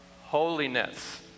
Holiness